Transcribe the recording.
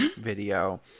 video